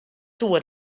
soe